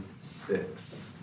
six